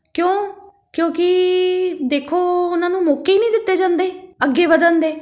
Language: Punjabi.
ਕਿਉਂ ਕਿਉਂਕਿ ਦੇਖੋ ਉਹਨਾਂ ਨੂੰ ਮੌਕੇ ਹੀ ਨਹੀਂ ਦਿੱਤੇ ਜਾਂਦੇ ਅੱਗੇ ਵੱਧਣ ਦੇ